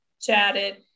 chatted